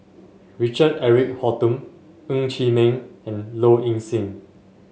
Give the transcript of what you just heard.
Richard Eric Holttum Ng Chee Meng and Low Ing Sing